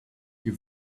you